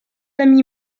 ami